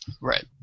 Right